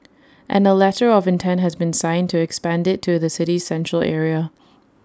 and A letter of intent has been signed to expand IT to the city's Central Area